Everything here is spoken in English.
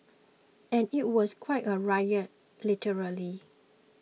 and it was quite a riot literally